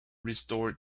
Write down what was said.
restored